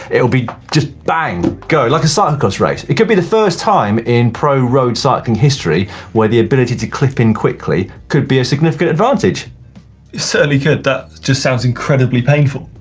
it'll be just bang, go, like a cyclist race. it could be the first time in pro road cycling history where the ability to clip in quickly could be a significant advantage. it certainly could. that just sounds incredibly painful.